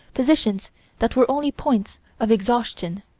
positions that were only points of exhaustion.